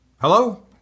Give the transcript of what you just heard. hello